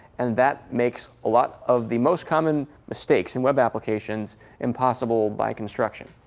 and that makes a lot of the most common mistakes in web applications impossible by construction.